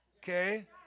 okay